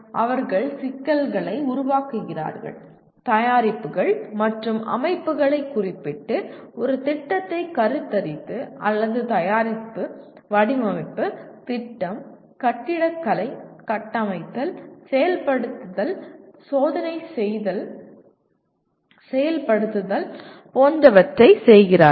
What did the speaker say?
அவர்கள் சிக்கல்களை உருவாக்குகிறார்கள் தயாரிப்புகள் மற்றும் அமைப்புகளைக் குறிப்பிட்டு ஒரு திட்டத்தை கருத்தரித்து அல்லது ஒரு தயாரிப்பு வடிவமைப்பு திட்டம் கட்டிடக் கலை கட்டமைத்தல் செயல்படுத்துதல் சோதனை செய்தல் செயல்படுதல் போன்றவற்றை செய்கிறார்கள்